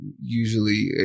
usually